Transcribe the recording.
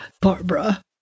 Barbara